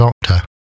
doctor